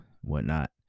whatnot